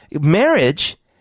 marriage